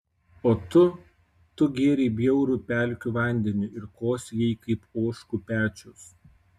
o tu tu gėrei bjaurų pelkių vandenį ir kosėjai kaip ožkų pečius